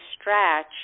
stretch